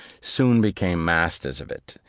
soon became masters of it,